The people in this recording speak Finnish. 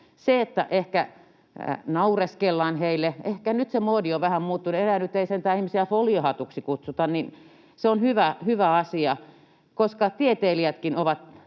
Se, että ehkä naureskellaan heille — ehkä nyt se moodi on vähän muuttunut, enää ei nyt sentään ihmisiä foliohatuiksi kutsuta. Se on hyvä asia, koska tieteilijätkin ovat